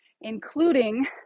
including